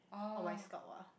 on my scalp ah